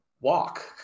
walk